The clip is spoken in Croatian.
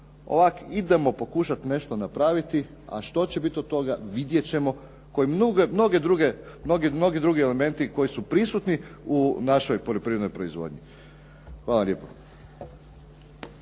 Ovako, idemo pokušati nešto napraviti a što će biti od toga vidjet ćemo koji mnogi drugi elementi koji su prisutni u našoj poljoprivrednoj proizvodnji. Hvala lijepo.